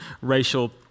racial